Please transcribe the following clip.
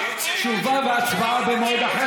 תשובה והצבעה במועד אחר.